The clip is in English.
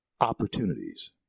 opportunities